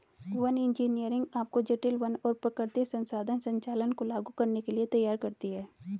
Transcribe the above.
one engineering आपको जटिल वन और प्राकृतिक संसाधन संचालन को लागू करने के लिए तैयार करती है